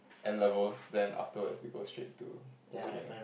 N-levels then afterwards you go straight to working